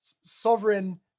sovereign